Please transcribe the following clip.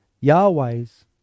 yahweh's